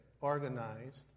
organized